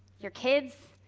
your kid's,